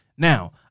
Now